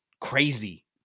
crazy